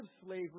slavery